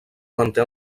manté